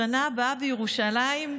בשנה הבאה בירושלים?